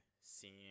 seeing